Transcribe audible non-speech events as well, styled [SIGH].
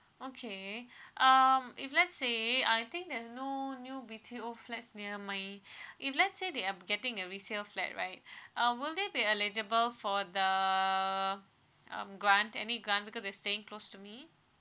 okay [BREATH] um if let's say I think there's no new B_T_O flats near my [BREATH] if let's say they are getting a resale flat right [BREATH] uh will they be eligible for the um grant any grant because they staying close to me